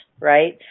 right